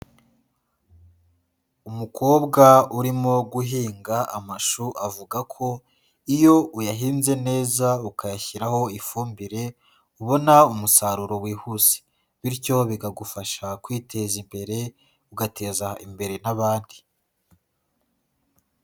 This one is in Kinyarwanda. Umukobwa urimo guhinga amashu avuga ko, iyo uyahinze neza ukayashyiraho ifumbire, ubona umusaruro wihuse. Bityo bikagufasha kwiteza imbere ugateza imbere n'abandi.